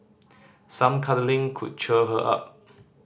some cuddling could cheer her up